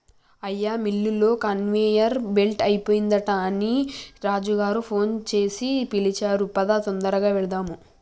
అయ్యా మిల్లులో conveyor belt పోయిందట అని రాజు గారు ఫోన్ సేసి పిలిచారు పదా తొందరగా వెళ్దాము